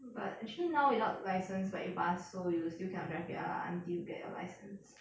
but actually now without license like you pass so you still cannot drive yet lah until you get your license